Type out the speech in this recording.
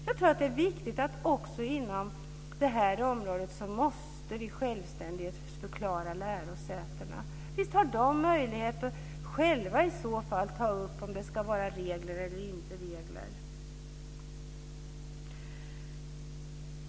Jag tror att det är viktigt att vi också inom detta område självständighetsförklarar lärosätena. Visst har de möjlighet att själva i så fall ta upp om det ska vara regler eller inte.